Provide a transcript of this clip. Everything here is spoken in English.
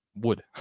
wood